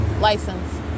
License